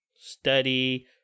study